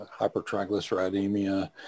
hypertriglyceridemia